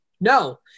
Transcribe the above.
No